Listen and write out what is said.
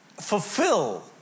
Fulfill